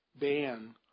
ban